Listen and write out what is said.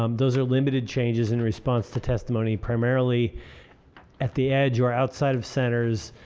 um those are limited changes in response to testimony primarily at the edge or outside of centers.